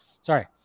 sorry